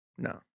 no